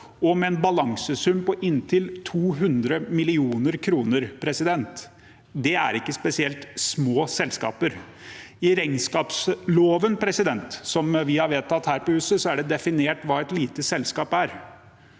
og med en balansesum på inntil 200 mill. kr. Det er ikke spesielt små selskaper. I regnskapsloven som vi har vedtatt her på huset, er det definert hva et lite selskap er,